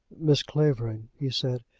miss clavering he said,